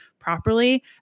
properly